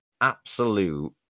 absolute